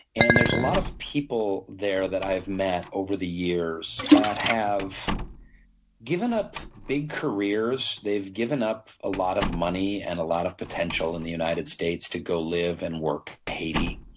and there's a lot of people there that i've met over the years that have given up big careers, they've given up a lot of money and a lot of potential in the united states to go live and work in haiti.